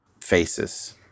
faces